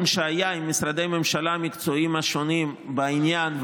שהיה עם משרדי הממשלה המקצועיים השונים בעניין,